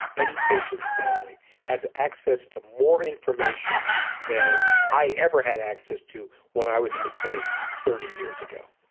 any patient's family has access to more information than i ever had access to when i was in the clinics thirty years ago.